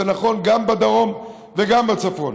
זה נכון גם בדרום וגם בצפון.